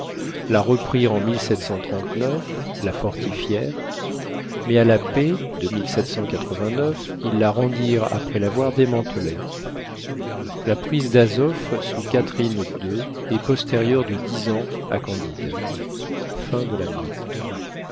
la reprirent en la fortifièrent mais à la paix de ils la rendirent après l'avoir démantelée la prise d'azof sous catherine ii est postérieure de dix ans à candide